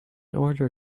order